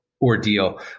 Ordeal